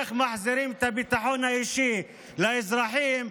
איך מחזירים את הביטחון האישי לאזרחים,